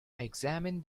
examine